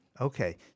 Okay